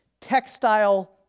textile